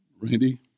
Randy